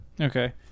okay